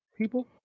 people